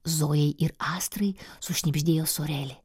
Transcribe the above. zojai ir astrai sušnibždėjo sorelė